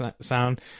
sound